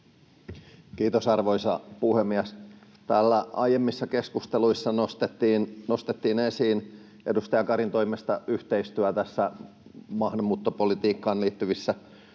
Kiitos, arvoisa puhemies! Täällä aiemmissa keskusteluissa nostettiin edustaja Karin toimesta esiin yhteistyö näissä maahanmuuttopolitiikkaan liittyvissä asioissa.